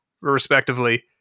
respectively